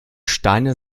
steine